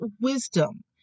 wisdom